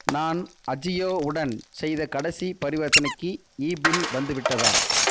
நான் அஜியோ உடன் செய்த கடைசிப் பரிவர்த்தனைக்கு ஈபில் வந்துவிட்டதா